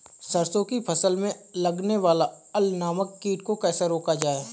सरसों की फसल में लगने वाले अल नामक कीट को कैसे रोका जाए?